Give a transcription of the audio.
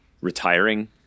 retiring